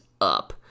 up